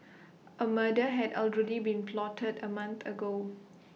A murder had already been plotted A month ago